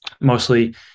mostly